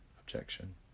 objection